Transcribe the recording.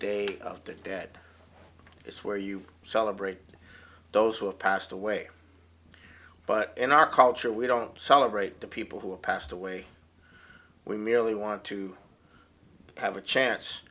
day of the dead is where you celebrate those who have passed away but in our culture we don't celebrate the people who passed away we merely want to have a chance